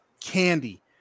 candy